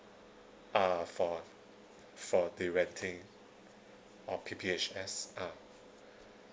uh for for the renting of P_P_H_S ah